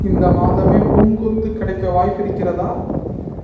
இந்த மாதமே பூங்கொத்து கிடைக்க வாய்ப்பு இருக்கிறதா